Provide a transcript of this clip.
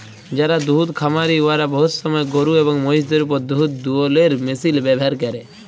যারা দুহুদ খামারি উয়ারা বহুত সময় গরু এবং মহিষদের উপর দুহুদ দুয়ালোর মেশিল ব্যাভার ক্যরে